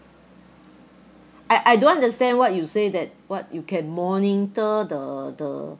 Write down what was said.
I I don't understand what you say that what you can monitor the the